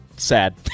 sad